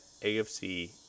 AFC